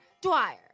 Dwyer